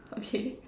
okay